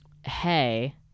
hey